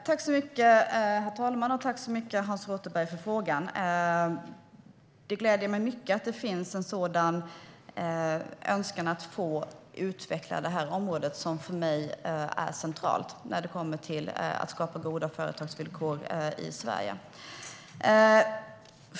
Herr talman! Jag tackar Hans Rothenberg för frågorna. Det gläder mig mycket att det finns en sådan önskan att få utveckla det här området, som för mig är centralt när det gäller att skapa goda företagsvillkor i Sverige.